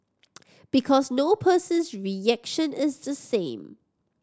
because no person's reaction is the same